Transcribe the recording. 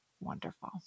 wonderful